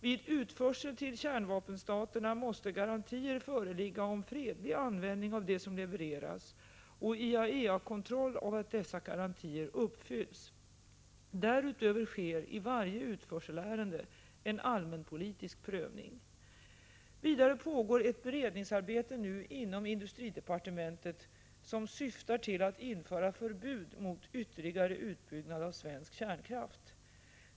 Vid utförsel till kärnvapenstaterna måste garantier föreligga om fredlig användning av det som levereras och IAEA-kontroll av att dessa garantier uppfylls. Därutöver sker i varje utförselärende en allmänpolitisk prövning. Vidare pågår ett beredningsarbete nu inom industridepartementet som syftar till införande av förbud mot ytterligare utbyggnad av svensk kärnkraft.